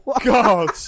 God